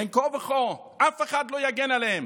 בין כה וכה אף אחד לא יגן עליהם.